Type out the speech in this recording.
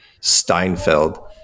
Steinfeld